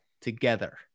together